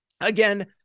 Again